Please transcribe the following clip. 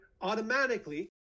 automatically